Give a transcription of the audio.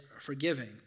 forgiving